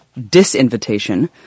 disinvitation